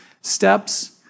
steps